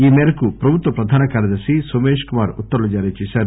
ఈ మేరకు ప్రభుత్వ ప్రధాన కార్యదర్ని నోమేష్ కుమార్ ఉత్తర్వులు జారీచేశారు